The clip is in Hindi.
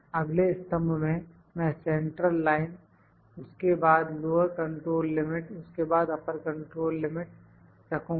अगले स्तंभ में मैं सेंट्रल लाइन उसके बाद लोअर कंट्रोल लिमिट उसके बाद अपर कंट्रोल लिमिट रखूंगा